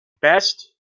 Best